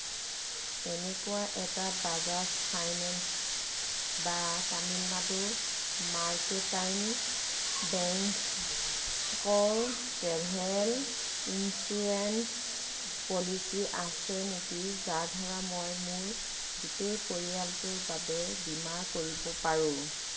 এনেকুৱা এটা বাজাজ ফাইনেন্স বা তামিলনাডু মাৰ্কেণ্টাইল বেংকৰ ট্ৰেভেল ইঞ্চুৰেন্স পলিচী আছে নেকি যাৰ দ্বাৰা মই মোৰ গোটেই পৰিয়ালটোৰ বাবে বীমা কৰিব পাৰোঁ